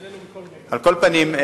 על כל פנים,